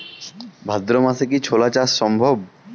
ভাদ্র মাসে কি ছোলা চাষ সম্ভব?